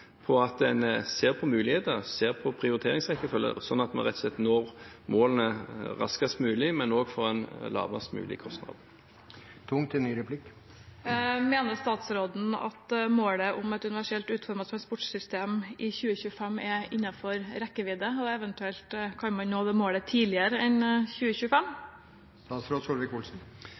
på det at vi ser på mulighetene, ser på prioriteringsrekkefølgen, slik at vi rett og slett når målene raskest mulig og til en lavest mulig kostnad. Mener statsråden at målet om et universelt utformet transportsystem i 2025 er innenfor rekkevidde, og kan man eventuelt nå det målet tidligere enn 2025?